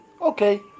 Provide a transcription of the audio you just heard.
okay